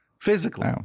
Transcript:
physically